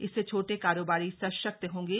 इससे छोटे कारोबारी सशक्त होंगे